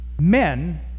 men